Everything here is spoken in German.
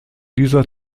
dieser